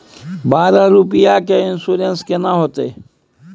बारह रुपिया के इन्सुरेंस केना होतै?